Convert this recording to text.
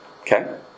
Okay